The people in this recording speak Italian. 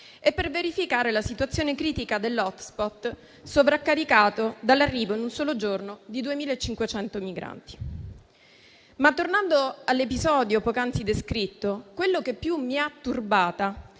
e per verificare la situazione critica dell'*hotspot,* sovraccaricato dall'arrivo in un solo giorno di 2.500 migranti. Tornando all'episodio poc'anzi descritto, quello che più mi ha turbata